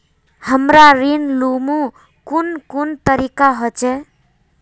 हमरा ऋण लुमू कुन कुन तरीका होचे?